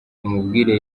umubwire